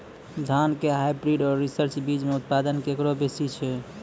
धान के हाईब्रीड और रिसर्च बीज मे उत्पादन केकरो बेसी छै?